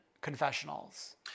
confessionals